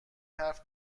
حرف